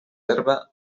herba